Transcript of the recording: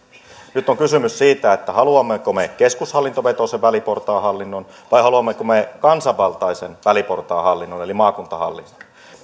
nyt on kysymys siitä haluammeko me keskushallintovetoisen väliportaan hallinnon vai haluammeko me kansanvaltaisen väliportaan hallinnon eli maakuntahallinnon